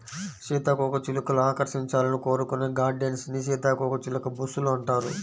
సీతాకోకచిలుకలు ఆకర్షించాలని కోరుకునే గార్డెన్స్ ని సీతాకోకచిలుక బుష్ లు అంటారు